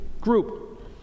group